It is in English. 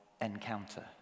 encounter